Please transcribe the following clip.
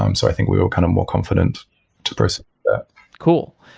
um so i think we were kind of more confident to pursue that cool.